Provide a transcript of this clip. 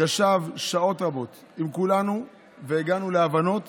ישב שעות רבות עם כולנו, והגענו להבנות